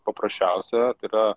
paprasčiausia yra